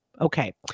Okay